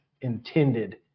intended